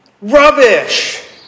Rubbish